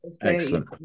Excellent